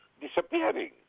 disappearing